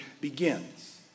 begins